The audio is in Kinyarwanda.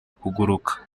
kuguruka